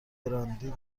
براندی